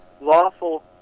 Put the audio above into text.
lawful